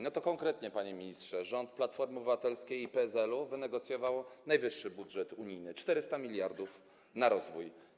No to konkretnie, panie ministrze, rząd Platformy Obywatelskiej i PSL-u wynegocjował najwyższy budżet unijny: 400 mld na rozwój.